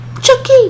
Chucky